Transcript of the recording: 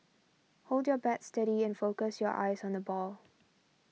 hold your bat steady and focus your eyes on the ball